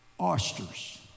oysters